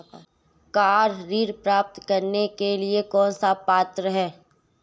Car ऋण प्राप्त करने के लिए कौन पात्र है?